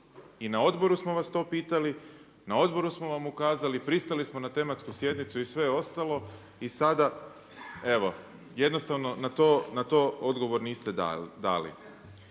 I na odboru smo vas to pitali, na odboru smo vam ukazali, pristali smo na tematsku sjednicu i sve ostalo i sada evo jednostavno na to odgovor niste dali.